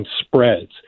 spreads